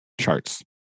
charts